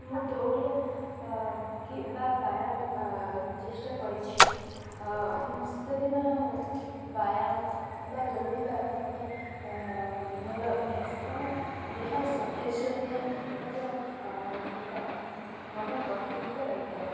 ମୁଁ ଦୌଡ଼ିବା କିବା ବ୍ୟାୟାମ ଚେଷ୍ଟା କରିଛି ଶୀତଦିନ ହଉ ବ୍ୟାୟାମ ବା ଦୌଡ଼ିବା ଗୋଟେ ଭଲ ଅଭ୍ୟାସ କାରଣ ଦେହ ସତେଜ ରହିଥାଏ ଏବଂ ଦେହ ମନ ପ୍ରଫୁଲ୍ଲିତ ରହିଥାଏ